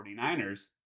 49ers